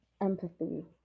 Empathy